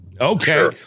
Okay